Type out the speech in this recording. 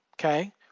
okay